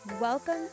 Welcome